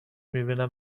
میبینم